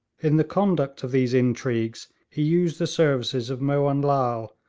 in the conduct of these intrigues he used the services of mohun lal,